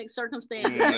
circumstance